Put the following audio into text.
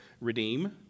redeem